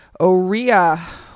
Orea